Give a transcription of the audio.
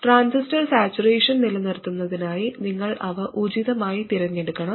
transistor saturation നിലനിർത്തുന്നതിനായി നിങ്ങൾ അവ ഉചിതമായി തിരഞ്ഞെടുക്കണം